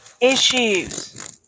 issues